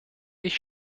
ich